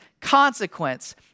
consequence